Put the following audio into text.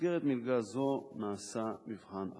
במסגרת מלגה זו נעשה מבחן הכנסה.